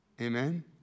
Amen